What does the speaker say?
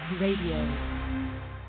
Radio